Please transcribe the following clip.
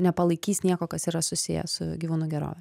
nepalaikys nieko kas yra susiję su gyvūnų gerove